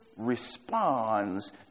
Responds